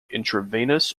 intravenous